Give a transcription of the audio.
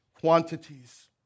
quantities